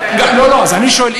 אז אני שואל,